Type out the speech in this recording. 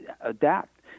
adapt